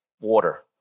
water